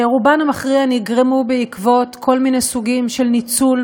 שרובן המכריע נגרמו בעקבות כל מיני סוגים של ניצול,